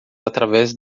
através